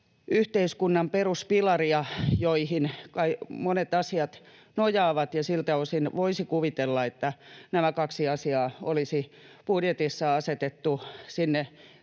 yhteiskunnan peruspilaria, joihin kai monet asiat nojaavat, ja siltä osin voisi kuvitella, että nämä kaksi asiaa olisi budjetissa asetettu sinne